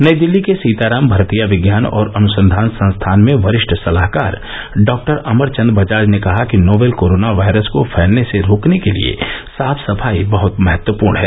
नई दिल्ली के सीताराम भरतिया विज्ञान और अनुसंघान संस्थान में वरिष्ठ सलाहकार डॉक्टर अमरचंद बजाज ने कहा कि नोवेल कोरोना वायरस को फैलने से रोकने के लिए साफ सफाई बहत महत्वपूर्ण है